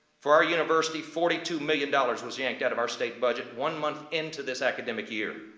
for our university, forty two million dollars was yanked out of our state budget one month into this academic year.